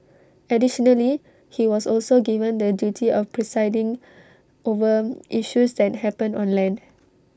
additionally he was also given the duty of presiding over issues that happen on land